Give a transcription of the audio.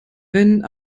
wenn